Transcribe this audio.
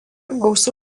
gausu